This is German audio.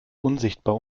unsichtbar